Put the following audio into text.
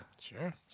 Sure